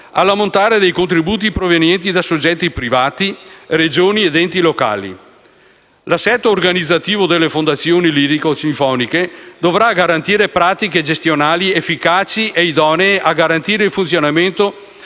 all'ammontare dei contributi provenienti da soggetti privati, Regioni ed enti locali. L'assetto organizzativo delle fondazioni lirico-sinfoniche dovrà garantire pratiche gestionali efficaci e idonee a garantire il funzionamento